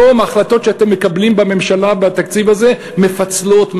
היום ההחלטות שאתם מקבלים בממשלה בתקציב הזה מפצלות,